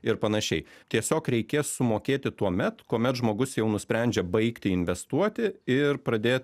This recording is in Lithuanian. ir panašiai tiesiog reikės sumokėti tuomet kuomet žmogus jau nusprendžia baigti investuoti ir pradėt